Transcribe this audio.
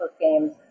games